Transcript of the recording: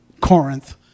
Corinth